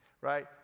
right